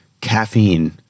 caffeine